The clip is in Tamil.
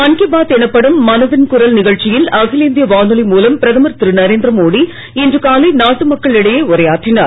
மன் கீ பாத் எனப்படும் மனதின் குரல் நிகழ்ச்சியில் அகில இந்திய வானொலி மூலம் பிரதமர் திரு நரேந்திர மோடி இன்று காலை நாட்டு மக்கள் இடையே உரையாற்றினார்